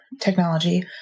technology